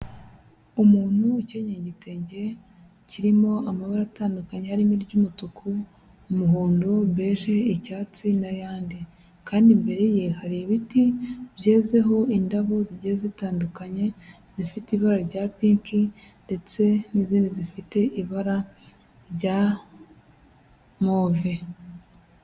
Umuntu ukenyeye igitenge kirimo amabara atandukanye arimo iry'umutuku, umuhondo, bege, icyatsi n'ayandi, kandi imbere ye hari ibiti byezeho indabo zigiye zitandukanye, zifite ibara rya pinki ndetse n'izindi zifite ibara rya move.